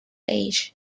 age